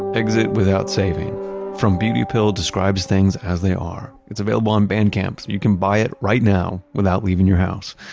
exit without saving from beauty pill describes things as they are is available on bandcamp. you can buy it right now, without leaving your house.